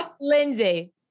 Lindsay